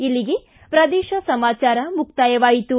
ಇಲ್ಲಿಗೆ ಪ್ರದೇಶ ಸಮಾಚಾರ ಮುಕ್ತಾಯವಾಯಿತು